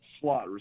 slot